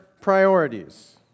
priorities